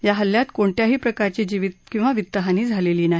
या हल्ल्यात कोणत्याही प्रकारची जीवित किंवा वित्तहानी झालेली नाही